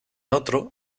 otro